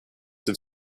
have